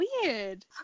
weird